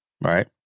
right